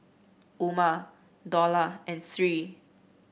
Umar Dollah and Sri